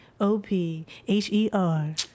O-P-H-E-R